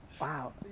Wow